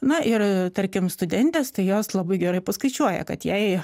na ir tarkim studentės tai jos labai gerai paskaičiuoja kad jei